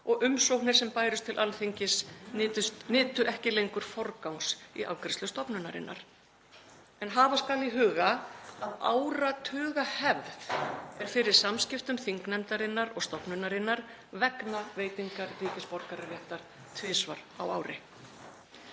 og umsóknir sem bærust til Alþingis nytu ekki lengur forgangs í afgreiðslu stofnunarinnar. En hafa skal í huga að áratugahefð er fyrir samskiptum þingnefndarinnar og stofnunarinnar vegna veitingar ríkisborgararéttar tvisvar á ári.